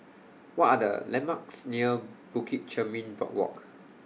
What Are The landmarks near Bukit Chermin Boardwalk